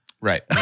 Right